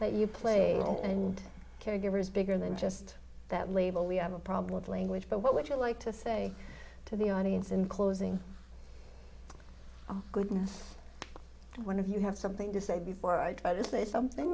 that you play and caregivers bigger than just that label we have a problem of language but what would you like to say to the audience in closing oh goodness one of you have something to say before i try to say something